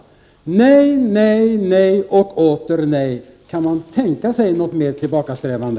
Nej, nej och åter nej! Kan man tänka sig något mer tillbakasträvande?